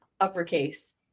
uppercase